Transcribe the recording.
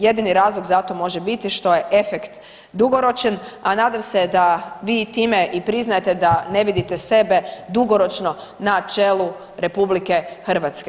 Jedini razlog za to može biti što je efekt dugoročan, a nadam se vi i time i priznajete da ne vidite sebe dugoročno na čelu RH.